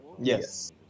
Yes